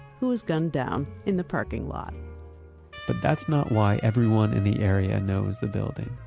who was gunned down in the parking lot but that's not why everyone in the area knows the building.